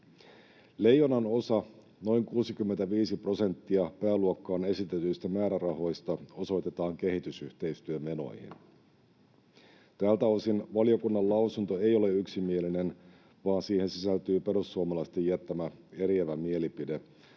Leijonanosa, noin 65 prosenttia, pääluokkaan esitetyistä määrärahoista osoitetaan kehitysyhteistyömenoihin. Tältä osin valiokunnan lausunto ei ole yksimielinen, vaan siihen sisältyy perussuomalaisten jättämä eriävä mielipide,